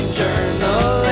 journal